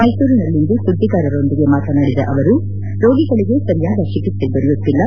ಮೈಸೂರಿನಲ್ಲಿಂದು ಸುಧ್ವಿಗಾರರೊಂದಿಗೆ ಮಾತನಾಡಿದ ಅವರು ರೋಗಿಗಳಗೆ ಸಂಯಾದ ಚಿಕಿತ್ಸೆ ದೊರೆಯುತ್ತಿಲ್ಲ